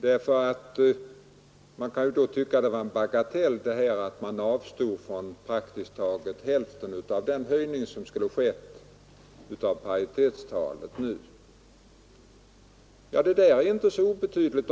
Det kan tyckas vara en bagatell att man avstår från praktiskt taget hälften av den höjning som skulle skett av paritetstalet, men det är inte så obetydligt.